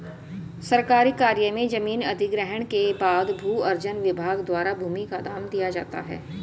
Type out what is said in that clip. सरकारी कार्य में जमीन अधिग्रहण के बाद भू अर्जन विभाग द्वारा भूमि का दाम दिया जाता है